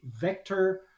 vector